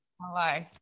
Hello